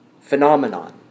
phenomenon